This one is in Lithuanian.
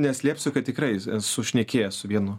neslėpsiu kad tikrai esu šnekėjęs su vienu